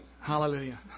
Hallelujah